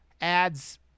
ads